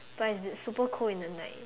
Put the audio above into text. but its super cold in the night